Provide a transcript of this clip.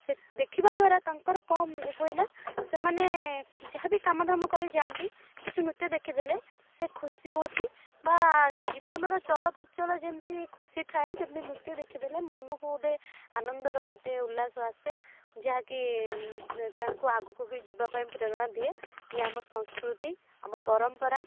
ସେ ଦେଖିବା ଦ୍ୱାରା ତାଙ୍କର କ'ଣ ହୁଏ ନା ସେମାନେ ଯାହାବି କାମଧାମ କରି ଯାଆନ୍ତି କିଛି ନୃତ୍ୟ ଦେଖିଦେଲେ ସେ ଖୁସି ହୁଅନ୍ତି ବା ଜୀବନର ଚଳପ୍ରଚଳ ଯେମତି ଖୁସି ଥାଏ ସେମତି ନୃତ୍ୟ ଦେଖିଦେଲେ ମନକୁ ଗୋଟିଏ ଆନନ୍ଦର ଗୋଟିଏ ଉଲ୍ଲାସ ଆସେ ଯାହାକି ତାଙ୍କୁ ଆଗକୁ ବି ଯିବାପାଇଁ ପ୍ରେରଣା ଦିଏ ଇଏ ଆମ ସଂସ୍କୃତି ଆମ ପରମ୍ପରା